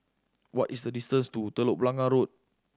what is the distance to Telok Blangah Road